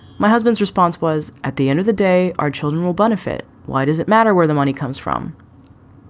my husband's response was at the end of the day, our children will benefit. why does it matter where the money comes from?